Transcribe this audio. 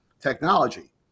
technology